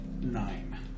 nine